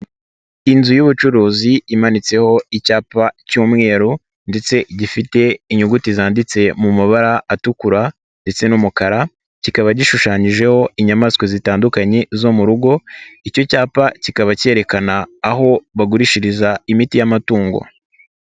Inzu y'ubucuruzi imanitseho icyapa cy'umweru ndetse gifite inyuguti zanditse mu mabara atukura ndetse n'umukara, kikaba gishushanyijeho inyamaswa zitandukanye zo mu rugo, icyo cyapa kikaba kerekana aho bagurishiriza imiti y'amatungo.